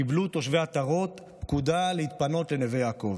קיבלו תושבי עטרות פקודה להתפנות לנווה יעקב.